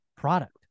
product